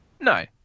No